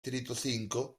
distrito